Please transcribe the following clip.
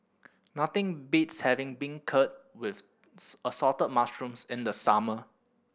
nothing beats having beancurd with Assorted Mushrooms in the summer